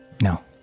No